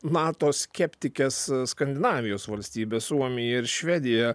nato skeptikes skandinavijos valstybes suomiją ir švediją